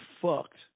fucked